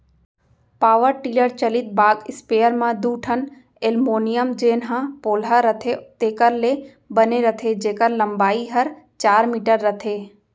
power tiller चलित बाग sprayer म दू ठन एलमोनियम जेन ह पोलहा रथे तेकर ले बने रथे जेकर लंबाई हर चार मीटर रथे